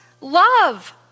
love